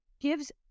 gives